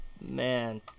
man